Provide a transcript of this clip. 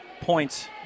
points